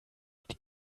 mit